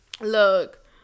look